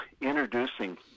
introducing